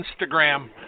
instagram